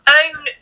own